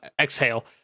exhale